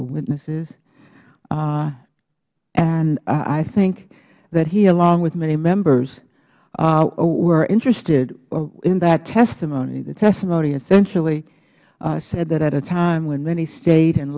witnesses and i think that he along with many members were interested in that testimony the testimony essentially said that at a time when many state and